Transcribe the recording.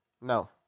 no